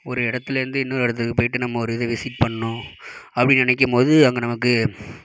ஒரு இடத்துல இருந்து இன்னொரு இடத்துக்கு போய்ட்டு நம்ம ஒரு இது விசிட் பண்ணணும் அப்படினு நினைக்கம்போது அங்கே நமக்கு